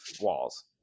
walls